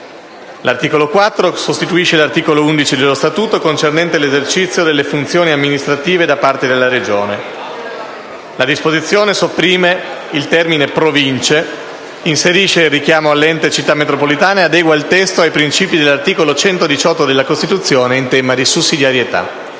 L'articolo 4 sostituisce l'articolo 11 dello Statuto, concernente l'esercizio delle funzioni amministrative da parte della Regione. La disposizione sopprime il termine «Province», inserisce il richiamo all'ente Città metropolitana e adegua il testo ai principi dell'articolo 118 della Costituzione in tema di sussidiarietà.